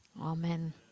amen